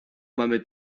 mamy